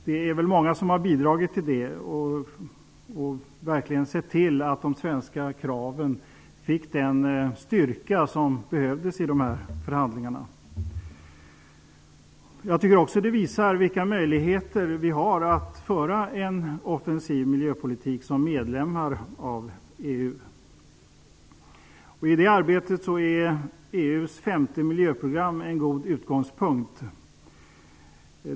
Det är väl många som har bidragit till denna och verkligen sett till att de svenska kraven fick den styrka som behövdes i de här förhandlingarna. Jag tycker också att det visar vilka möjligheter vi som medlemmar av EU har när det gäller att föra en offensiv miljöpolitik. I det arbetet är EU:s femte miljöprogram en god utgångspunkt.